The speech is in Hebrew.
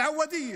עואדיה.